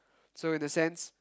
so in a sense